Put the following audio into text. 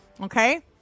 Okay